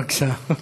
בבקשה,